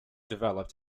developed